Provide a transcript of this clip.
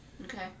Okay